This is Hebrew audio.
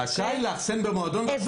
לאחסן במועדון.